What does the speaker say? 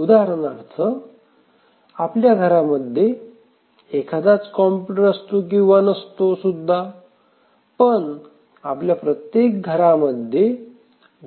उदाहरणार्थ आपल्या घरामध्ये एखादाच कॉम्प्युटर असतो किंवा नसतो सुद्धा पण आपल्या प्रत्येक घरांमध्ये